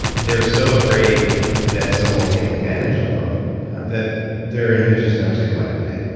they're so afraid that someone will take advantage of them that their inventions never see the light of day.